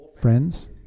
friends